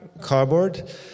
cardboard